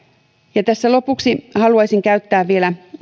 tässä lopuksi haluaisin käyttää vielä